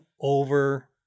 over